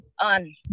on